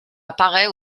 apparaît